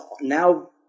now